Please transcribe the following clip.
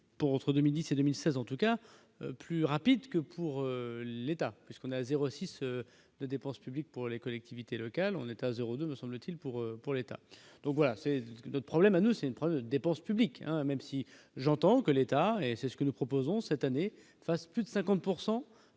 pour entre 2010 et 2016 en tout cas plus rapide que pour l'État, ce qu'on a 06 de dépenses publiques pour les collectivités locales, on est à 0 ne me semble-t-il pour pour l'État, donc voilà, c'est notre problème à nous, c'est une preuve de dépenses publiques, même si j'entends que l'État et c'est ce que nous proposons cette année face plus de 50